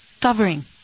Covering